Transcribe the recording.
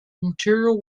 material